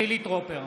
חילי טרופר,